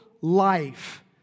life